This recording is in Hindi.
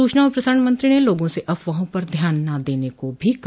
सूचना और प्रसारण मंत्रो ने लोगों से अफवाहों पर ध्यान न देने को भी कहा